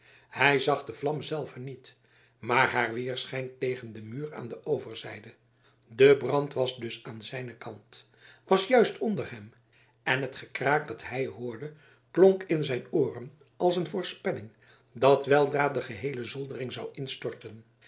hij zag de vlam zelve niet maar haar weerschijn tegen den muur aan de overzijde de brand was dus aan zijnen kant was juist onder hem en het gekraak dat hij hoorde klonk in zijn ooren als een voorspelling dat weldra de geheele zoldering zou instorten